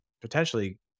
potentially